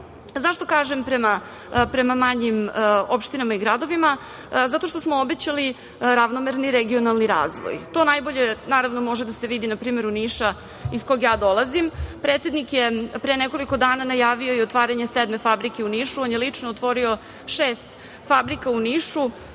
Zašto kažem prema manjim opštinama i gradovima? Zato što smo obećali ravnomerni regionalni razvoj. To najbolje, naravno, može da se vidi na primer u Nišu iz kog ja dolazim. Predsednik je pre nekoliko dana najavio i otvaranje sedme fabrike u Nišu. On je lično otvorio šest fabrika u Nišu.